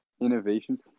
Innovations